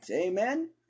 Amen